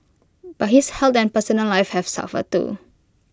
but his health and personal life have suffered too